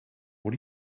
what